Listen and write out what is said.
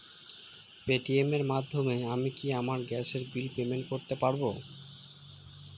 Paytm এর মাধ্যমে আমি কি আমার গ্যাসের বিল পেমেন্ট করতে পারব?